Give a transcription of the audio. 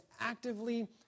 actively